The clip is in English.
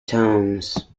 towns